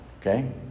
Okay